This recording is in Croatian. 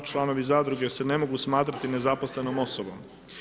Članovi zadruge se ne mogu smatrati nezaposlenom osobom.